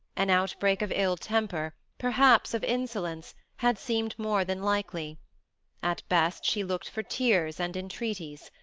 an outbreak of ill-temper, perhaps of insolence, had seemed more than likely at best she looked for tears and entreaties.